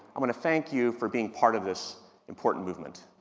i want to thank you for being part of this important movement.